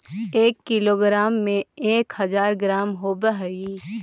एक किलोग्राम में एक हज़ार ग्राम होव हई